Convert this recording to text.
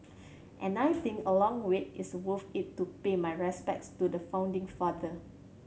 and I think a long wait is worth it to pay my respects to the founding father